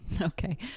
Okay